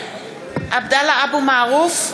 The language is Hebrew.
(קוראת בשמות חברי הכנסת) עבדאללה אבו מערוף,